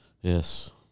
Yes